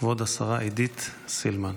כבוד השרה עידית סילמן,